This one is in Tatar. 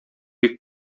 бик